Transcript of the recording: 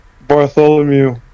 Bartholomew